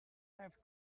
have